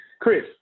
Chris